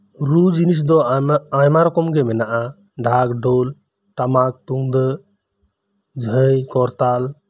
ᱨᱩ ᱡᱤᱱᱤᱥ ᱫᱚ ᱟᱭᱢᱟ ᱨᱚᱠᱚᱢᱜᱮ ᱢᱮᱱᱟᱜ ᱟ ᱰᱷᱟᱠ ᱰᱷᱚᱞ ᱴᱟᱢᱟᱠ ᱛᱩᱢᱫᱟᱹᱜ ᱡᱷᱟᱹᱭ ᱠᱚᱨᱛᱟᱞ